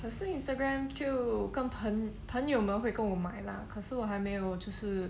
可是 instagram 就跟朋朋友们会跟我买啦可是我还没有就是